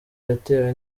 yatewe